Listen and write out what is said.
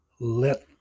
let